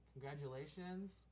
Congratulations